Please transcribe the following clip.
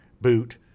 boot